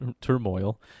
turmoil